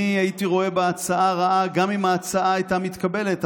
אני הייתי רואה בה הצעה רעה גם אם ההצעה הייתה מתקבלת,